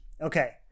Okay